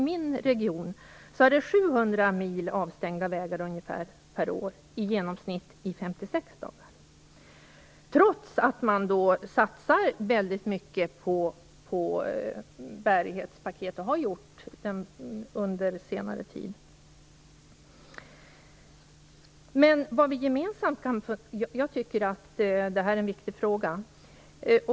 Ungefär 700 mil per år stängs av under i genomsnitt 56 dagar, trots att man nu satsar mycket på bärighetspaket och har gjort så även under senare tid. Jag tycker att det här är en viktig fråga.